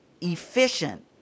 efficient